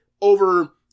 over